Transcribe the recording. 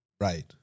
Right